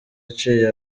yaciye